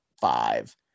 five